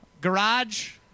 Garage